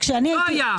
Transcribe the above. לא היה.